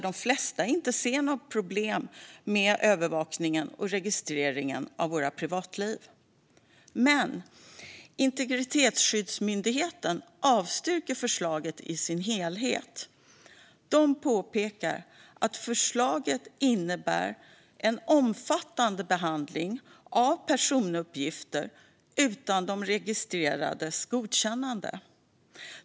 De flesta ser inte något problem med övervakningen och registreringen av våra privatliv. Men Integritetsskyddsmyndigheten avstyrker förslaget i dess helhet. De påpekar att förslaget innebär omfattande behandling av personuppgifter utan de registrerades godkännande.